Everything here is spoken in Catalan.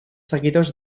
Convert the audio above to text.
seguidors